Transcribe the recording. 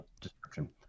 description